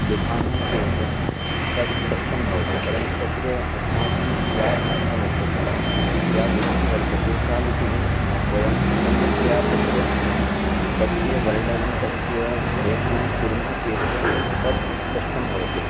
लिखामः चेत् तद् स्पष्टं भवति परन्तु तत्र अस्माकं या भाषा वर्तते या लिपिः वर्तते सा लिपिः वयं सम्यक्तया तत्र तस्य वर्णनं तस्य लेखनं कुर्मः चेत् तद् स्पष्टं भवति